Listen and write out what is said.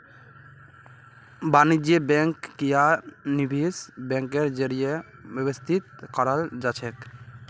वाणिज्य बैंक या निवेश बैंकेर जरीए व्यवस्थित कराल जाछेक